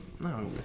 No